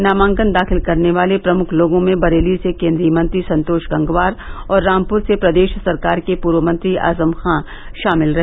नामांकन दाखिल करने वाले प्रमुख लोगों में बरेली से केन्द्रीय मंत्री संतोष गंगवार और रामपुर से प्रदेश सरकार के पूर्व मंत्री आजम खाँ शामिल रहे